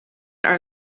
are